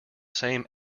same